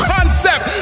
Concept